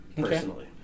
personally